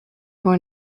going